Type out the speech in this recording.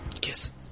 Kiss